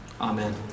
amen